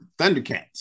Thundercats